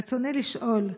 רצוני לשאול: